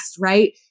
right